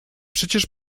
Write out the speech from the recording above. przecież